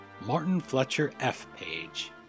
martinfletcherfpage